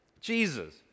Jesus